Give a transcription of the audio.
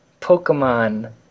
Pokemon